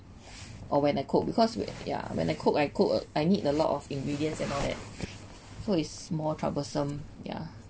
or when I cook because when yeah when I cook I cook I need a lot of ingredients and all that food is more troublesome ya